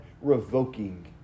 revoking